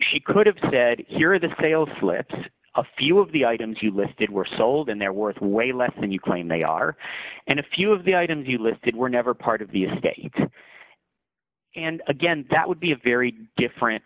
she could have said here the sales slips a few of the items you listed were sold and they're worth way less than you claim they are and a few of the items you listed were never part of the estate and again that would be a very different